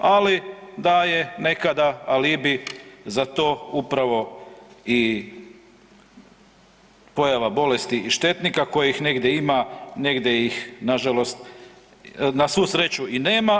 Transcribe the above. Ali da je nekada alibi za to upravo i pojava bolesti i štetnika kojih negdje ima, negdje ih na svu sreću i nema.